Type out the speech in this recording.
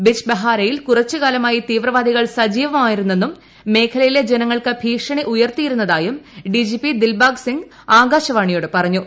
ബിജ ്ബെഹാരയിൽ കുറച്ചുകാലമായി തീവ്രവാദികൾ സജീവമായിരുന്നെന്നും മേഖലയിലെ ജനങ്ങൾക്ക് ഭീഷണി ഉയർത്തിയിരുന്നതായും D G P Dilbagh Singh ആകാശവാണിയോട് പറഞ്ഞു